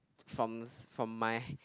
from my